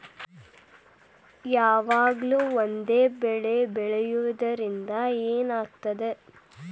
ಯಾವಾಗ್ಲೂ ಒಂದೇ ಬೆಳಿ ಬೆಳೆಯುವುದರಿಂದ ಏನ್ ಆಗ್ತದ?